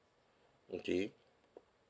okay